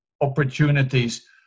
opportunities